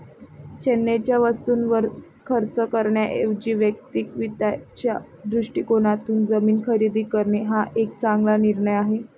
चैनीच्या वस्तूंवर खर्च करण्याऐवजी वैयक्तिक वित्ताच्या दृष्टिकोनातून जमीन खरेदी करणे हा एक चांगला निर्णय आहे